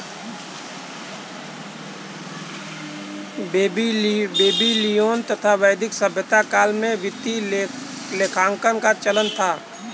Babylonian तथा वैदिक सभ्यता काल में वित्तीय लेखांकन का चलन था